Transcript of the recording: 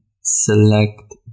select